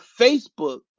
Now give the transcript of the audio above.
facebook